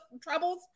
troubles